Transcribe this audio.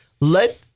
let